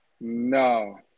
No